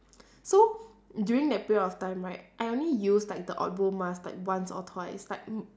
so during that period of time right I only use like the odbo mask like once or twice like